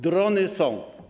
Drony są.